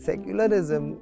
Secularism